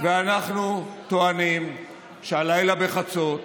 ואנחנו טוענים שהלילה בחצות,